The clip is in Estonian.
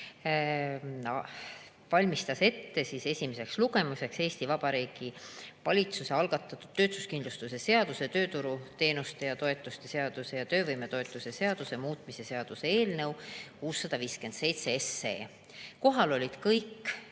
istungil esimeseks lugemiseks ette Eesti Vabariigi Valitsuse algatatud töötuskindlustuse seaduse, tööturuteenuste ja -toetuste seaduse ja töövõimetoetuse seaduse muutmise seaduse eelnõu 657. Kohal olid kõik